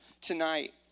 tonight